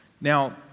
Now